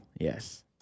yes